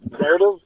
narrative